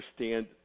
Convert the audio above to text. understand